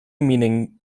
meaning